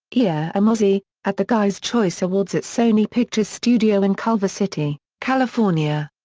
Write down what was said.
yeah am ozzy, at the guys choice awards at sony pictures studio in culver city, california.